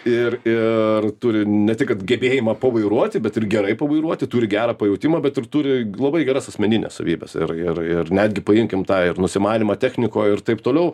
ir ir turi ne tik kad gebėjimą pavairuoti bet ir gerai pavairuoti turi gerą pajautimą bet ir turi labai geras asmenines savybes ir ir ir netgi paimkim tą ir nusimanymą technikoj ir taip toliau